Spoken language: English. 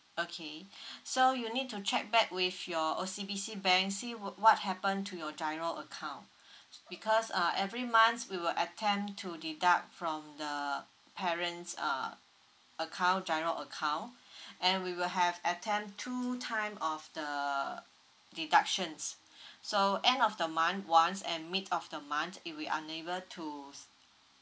okay so you need to check back with your O_C_B_C bank see wh~ what happened to your GIRO account because uh every months we will attempt to deduct from the parents' uh account GIRO account and we will have attempt two time of the deductions so end of the month once and mid of the month i~ we unable to